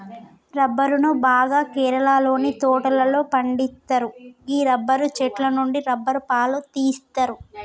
రబ్బరును బాగా కేరళలోని తోటలలో పండిత్తరు గీ రబ్బరు చెట్టు నుండి రబ్బరు పాలు తీస్తరు